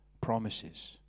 promises